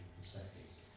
perspectives